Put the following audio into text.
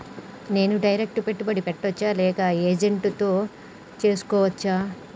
నేను డైరెక్ట్ పెట్టుబడి పెట్టచ్చా లేక ఏజెంట్ తో చేస్కోవచ్చా?